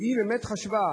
והיא באמת חשבה,